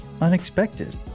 unexpected